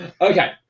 Okay